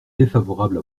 défavorable